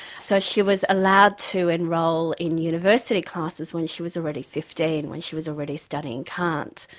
so she was allowed to enrol in university classes when she was already fifteen, when she was already studying kant.